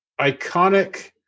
iconic